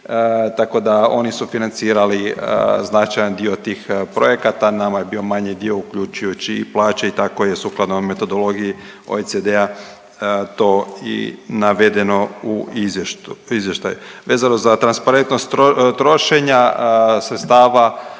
tako da oni su financirali značajan dio tih projekata nama je bio manji dio uključujući i plaće i tako je sukladno metodologiji OECD-a to i navedeno u izvještaju. Vezano za transparentnost trošenja sredstava